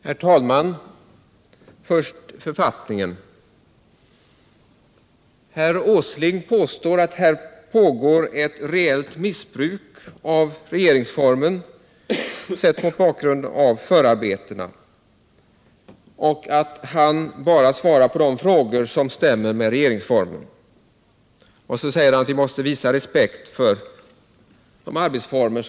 Herr talman! Först om författningen: Nils Åsling påstår att det pågår ett reellt missbruk av regeringsformen, sett mot bakgrund av förarbetena. Han säger att han för sin del bara svarar på frågor som stämmer med regeringsformen. Han säger vidare att vi måste visa respekt för arbetsformerna.